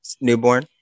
Newborn